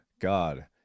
god